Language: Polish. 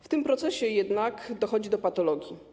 W tym procesie jednak dochodzi do patologii.